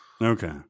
Okay